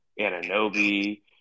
Ananobi